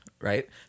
right